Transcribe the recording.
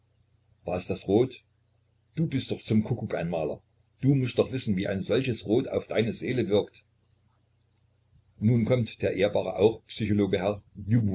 war es das rot du bist doch zum kuckuck ein maler du mußt doch wissen wie ein solches rot auf deine seele wirkt nun kommt der ehrbare auch psychologe herr